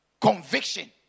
conviction